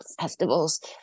festivals